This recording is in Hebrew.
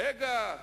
רגע.